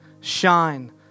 shine